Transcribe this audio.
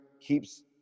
keeps